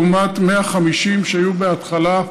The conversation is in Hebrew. לעומת 150 שהיו בהתחלה,